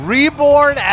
Reborn